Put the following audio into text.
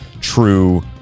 true